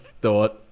thought